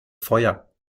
feuer